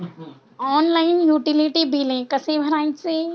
Online utility बिले कसे भरायचे?